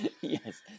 Yes